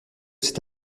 cet